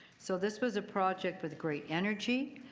so this was a project with great energy.